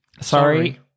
Sorry